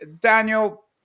Daniel